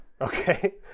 Okay